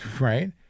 Right